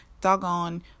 doggone